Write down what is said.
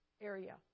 area